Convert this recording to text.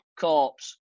Corpse